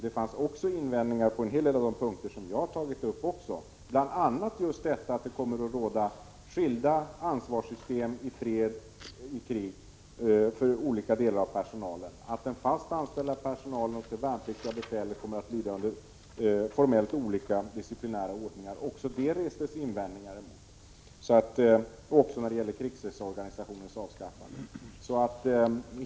Det fanns också invändningar på en hel del av de punkter som jag har tagit upp, bl.a. mot att det kommer att råda skilda ansvarssystem i fred och krig för olika delar av personalen. Även mot att den fast anställda personalen och det värnpliktiga befälet kommer att lyda under formellt olika disciplinära ordningar restes det invändningar, liksom mot krigsrättsorganisationens avskaffande.